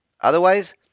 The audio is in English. Otherwise